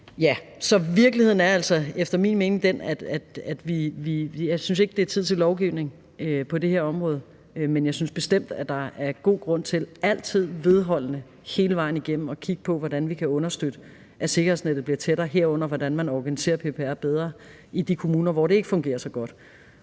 Så virkeligheden er altså efter min mening den, at jeg ikke synes, det er tid til lovgivning på det her område, men jeg synes bestemt, der er god grund til altid vedholdende og hele vejen igennem at kigge på, hvordan vi kan understøtte, at sikkerhedsnettet bliver tættere, herunder hvordan man organiserer PPR bedre i de kommuner, hvor det ikke fungerer så godt.